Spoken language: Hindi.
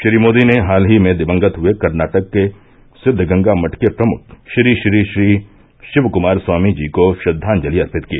श्री मोदी ने हाल ही में दिवंगत हुए कर्नाटक के सिद्वगंगा मठ के प्रमुख श्री श्री श्री श्री शिव कुमार स्वामीजी को श्रद्वांजलि अर्पित की